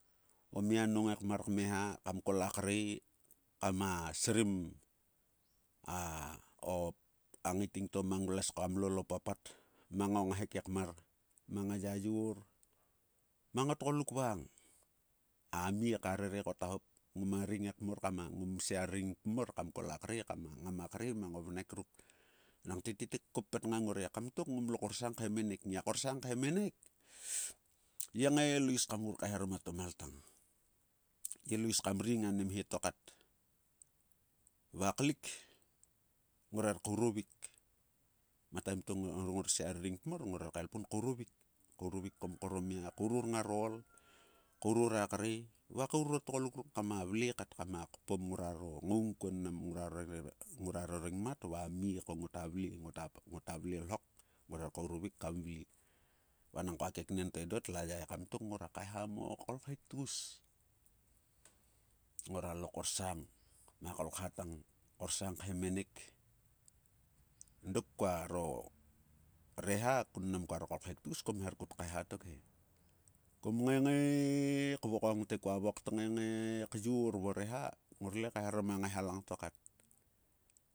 Mang a ngorsang to mang nglues va ngora ro valngnek koknaik ko nang amie ekmar, mor a avalngan mora a, ovalngnek ruk ngoma sir. ngota sir tete kam rere mang amie kar ovrongrhek va eriemar ruk ngata vaik he kkol amie pitgim mor. Ngot kaegom kmus mang amie ekamtok komahop, okolkhek akuruk kome korsang orsang, orsang nma vlemas ma dok. Kome lo kaisis kom kkat kaeknik pis, mavlemas ngorkta ngae, koom ngae ka vle, vle kom kaeknik mo kao pis. Nalo kaisis, marot kom, komhop kta ngae kat. O kolkhek akuruk kom, komlo kaemik mo mnam kua rek, kom ngae kaemik komnam kuaro gliel ngaro rektor, to gi kaemik togia ngongae kpis, o kolkhek ruk kom ngae ko noup o ool ngor gia ngae, ngae, ngae kat kaeknik. Kom hergi kaeknik eng ngtok he. Komgi kaeknik dok a mhel agi mngar kat kaeknik pis, to le knonhong otgoluk ngongae ko pa rek ka pun kam hera kpom kuavrik. Komlo korsang khemenk ma kolkha tang kaikiem ko, kua pot manga ngorsang to mkor mor tete, ngniik ngniik va ngang nguaro, nglues ngruaro valngan ruk koknaik. Va mang ngor tete kat, ko ngota vle, a vnek klalaut ta pis mang ngor.